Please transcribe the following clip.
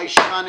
הישיבה נעולה.